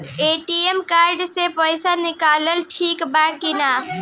ATM card से पईसा निकालल ठीक बा की ना?